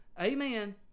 Amen